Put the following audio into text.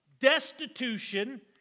destitution